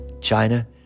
China